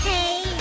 Hey